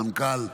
המנכ"ל,